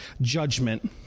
judgment